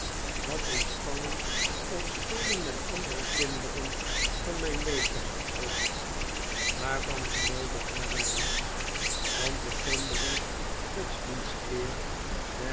wat ontspanning of spelen met andere kinderen van mijn leeftijd betrof daarvan genoot ik heel weinig want de sombere godsdienstleer der